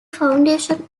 foundation